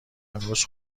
امروز